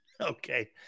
Okay